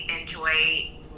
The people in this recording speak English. enjoy